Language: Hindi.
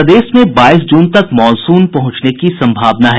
प्रदेश में बाईस जून तक मॉनसून के पहुंचने की संभावना है